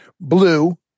Blue